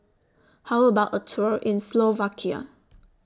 How about A Tour in Slovakia